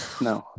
no